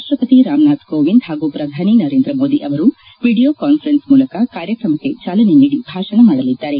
ರಾಷ್ಟಪತಿ ರಾಮನಾಥ್ ಕೋವಿಂದ್ ಹಾಗೂ ಪ್ರಧಾನಿ ನರೇಂದ್ರ ಮೋದಿ ಅವರು ವಿಡಿಯೋ ಕಾನ್ಸರೆನ್ಸ್ ಮೂಲಕ ಕಾರ್ಯಕ್ರಮಕ್ಕೆ ಚಾಲನೆ ನೀದಿ ಭಾಷಣ ಮಾಡಲಿದ್ದಾರೆ